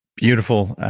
beautiful.